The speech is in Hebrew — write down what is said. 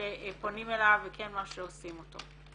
שפונים אליו וכן משהו שעושים אותו.